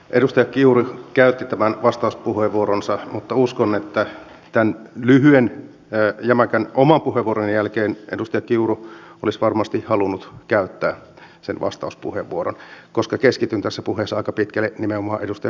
edustaja kiuru käytti tämän vastauspuheenvuoronsa mutta uskon että tämän lyhyen jämäkän oman puheenvuoroni jälkeen edustaja kiuru olisi varmasti halunnut käyttää sen vastauspuheenvuoron koska keskityn tässä puheessa aika pitkälle nimenomaan edustaja kiuruun